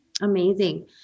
Amazing